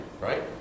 right